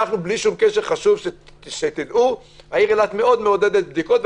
העיר אילת מאוד מעודדת בדיקות,